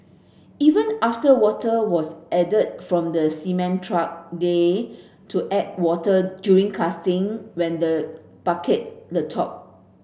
even after water was added from the cement truck they to add water during casting when the bucket the top